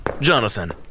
Jonathan